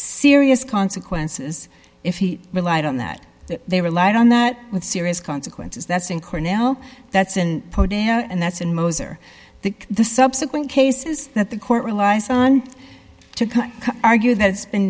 serious consequences if he relied on that they relied on that with serious consequences that's in court now that's in her and that's an moser think the subsequent cases that the court relies on to argue that it's been